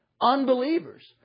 Unbelievers